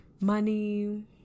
money